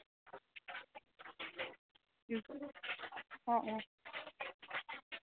অঁ অঁ